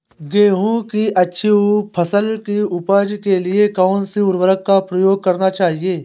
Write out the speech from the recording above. गेहूँ की अच्छी फसल की उपज के लिए कौनसी उर्वरक का प्रयोग करना चाहिए?